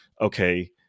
Okay